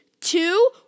two